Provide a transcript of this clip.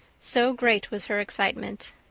so great was her excitement.